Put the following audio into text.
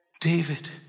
David